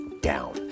down